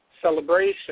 celebration